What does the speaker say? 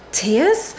tears